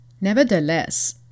Nevertheless